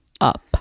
up